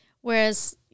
Whereas